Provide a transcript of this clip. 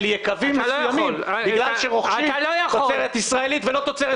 יקבים מסוימים בגלל שרוכשים תוצרת ישראלית ולא תוצרת טורקית.